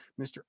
Mr